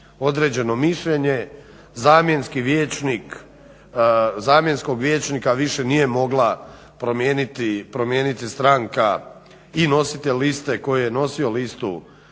određeno mišljenje zamjenskog vijećnika više nije mogla promijeniti stranka i nositelj liste koji je nosio listu